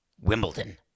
Wimbledon